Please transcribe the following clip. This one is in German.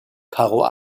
karo